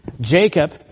Jacob